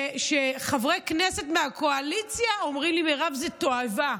שחברי כנסת מהקואליציה אומרים לי: מירב, זה תועבה.